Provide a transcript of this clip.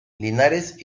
linares